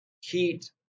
heat